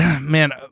Man